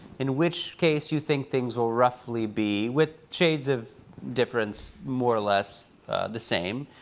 in which case you think things will roughly be, with shades of difference, more or less the same.